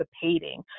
participating